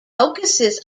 focuses